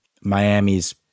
Miami's